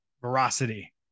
veracity